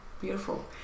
beautiful